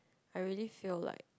I really feel like